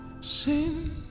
sin